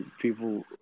people